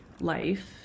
life